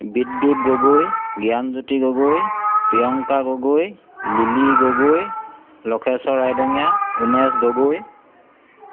বিদ্যুৎ গগৈ জ্ঞানজ্যোতি গগৈ প্ৰিয়ংকা গগৈ লিলি গগৈ লখেশ্বৰ ৰাইদঙীয়া উমেশ গগৈ